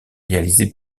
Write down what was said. réalisée